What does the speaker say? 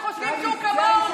אתם חושבים שהוא כמוהו,